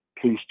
please